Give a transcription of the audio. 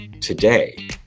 today